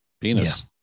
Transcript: penis